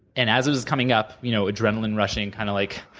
and as it was coming up, you know adrenaline rushing, kind of like